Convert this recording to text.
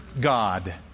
God